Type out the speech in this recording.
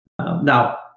Now